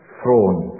throne